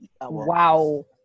wow